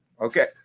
Okay